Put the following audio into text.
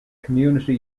community